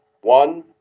one